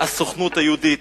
"הסוכנות היהודית".